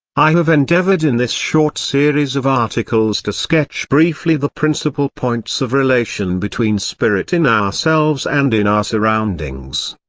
i have endeavoured in this short series of articles to sketch briefly the principal points of relation between spirit in ourselves and in our surroundings.